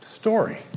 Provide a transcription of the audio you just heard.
story